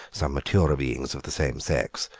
some maturer beings of the same sex,